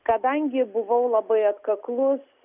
kadangi buvau labai atkaklus